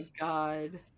god